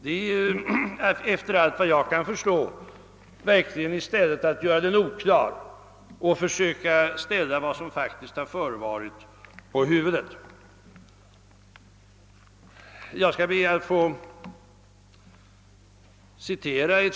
Det är efter vad jag kan förstå att i stället göra den oklar och försöka ställa vad som faktiskt förevarit på huvudet.